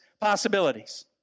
possibilities